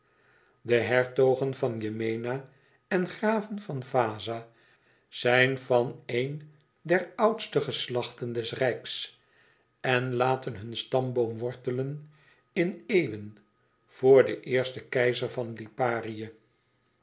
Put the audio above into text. de hertogen van yemena en graven van vaza zijn van een der oudste geslachten des rijks en laten hun stamboom wortelen in eeuwen vr den eersten keizer van liparië